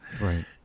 Right